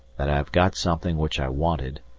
that i have got something which i wanted,